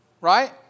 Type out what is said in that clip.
Right